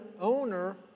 owner